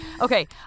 Okay